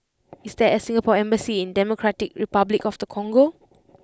is there a Singapore embassy in Democratic Republic of the Congo